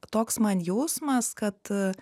toks man jausmas kad